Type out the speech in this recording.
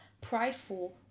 prideful